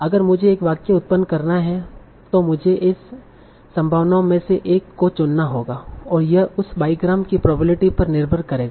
अगर मुझे एक वाक्य उत्पन्न करना है तो मुझे इस संभावनाओं में से एक को चुनना होगा और यह उस बाईग्राम की प्रोबेबिलिटी पर निर्भर करेगा